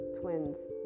twins